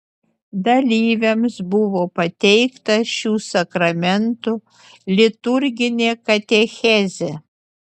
dalyviams buvo pateikta šių sakramentų liturginė katechezė